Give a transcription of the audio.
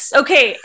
okay